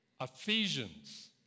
Ephesians